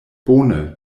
bone